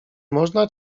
można